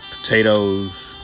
potatoes